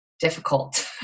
difficult